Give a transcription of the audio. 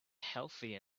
healthy